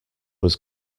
was